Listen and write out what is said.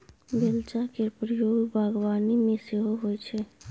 बेलचा केर प्रयोग बागबानी मे सेहो होइ छै